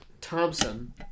Thompson